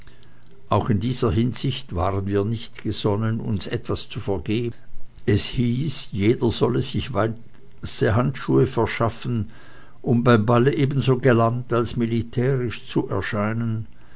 auch in dieser hinsicht waren wir nicht gesonnen uns etwas zu vergeben es hieß jeder solle sich weiße handschuhe verschaffen um beim balle ebenso galant als militärisch zu erscheinen